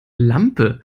lampe